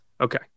Okay